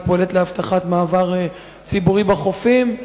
היא פועלת להבטחת מעבר ציבורי בחופים,